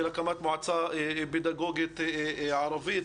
של הקמת מועצה פדגוגית ערבית.